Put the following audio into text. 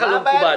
לא מקובל.